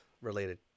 related